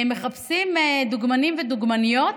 מחפשים דוגמנים ודוגמניות.